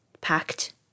packed